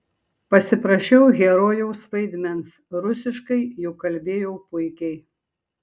pasiprašiau herojaus vaidmens rusiškai juk kalbėjau puikiai